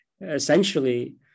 essentially